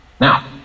Now